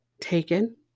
taken